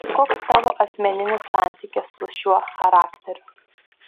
koks tavo asmeninis santykis su šiuo charakteriu